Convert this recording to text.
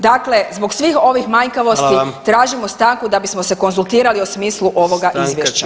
Dakle, zbog svih ovih manjkavosti [[Upadica: Hvala vam.]] tražimo stanku da bismo se konzultirali o smislu ovoga izvješća.